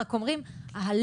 רק אומרים שההליך